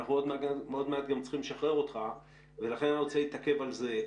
ואנחנו עוד מעט גם צריכים לשחרר אותך ולכן אני רוצה להתעכב על זה.